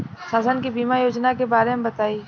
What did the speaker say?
शासन के बीमा योजना के बारे में बताईं?